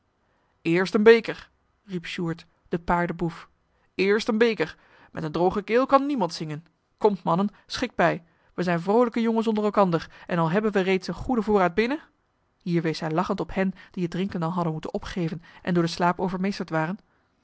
eerst een beker riep sjoerd de paardenboef eerst een beker met eene droge keel kan niemand zingen komt mannen schikt bij wij zijne vroolijke jongens onder elkander en al hebben we reeds een goeden voorraad binnen hier wees hij lachend op hen die het drinken al hadden moeten opgeven en door den slaap overmeesterd waren